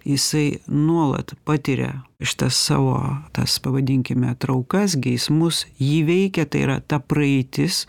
jisai nuolat patiria šitas savo tas pavadinkime traukas geismus jį veikia tai yra ta praeitis